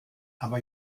aber